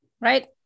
right